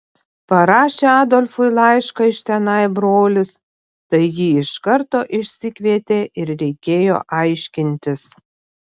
parašė adolfui laišką iš tenai brolis tai jį iš karto išsikvietė ir reikėjo aiškintis